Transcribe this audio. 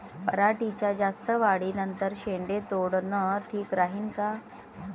पराटीच्या जास्त वाढी नंतर शेंडे तोडनं ठीक राहीन का?